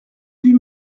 huit